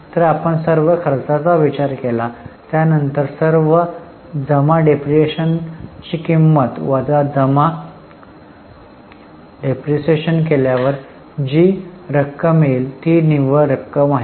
तर आपण सर्व खर्चाचा विचार केला त्यानंतर सर्व जमा डिप्रीशीएशनची किंमत वजा जमा डिप्रीशीएशन केल्यावर जी रक्कम येईल ती निव्वळ रक्कम आहे